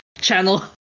channel